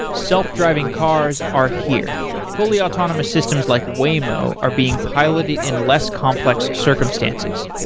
self-driving cars are here. fully autonomous systems like waymo are being piloted in less complex circumstances.